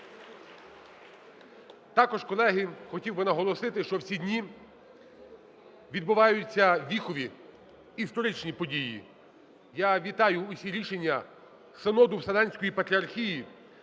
Також, колеги, хотів би наголосити, що у ці дні відбуваються віхові історичні події. Я вітаю усі рішення Синоду Вселенської Патріархії,